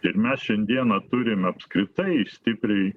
ir mes šiandieną turim apskritai stipriai